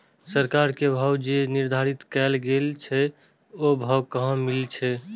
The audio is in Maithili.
सरकार के भाव जे निर्धारित कायल गेल छै ओ भाव कहाँ मिले छै?